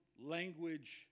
language